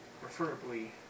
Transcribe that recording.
preferably